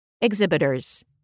Exhibitors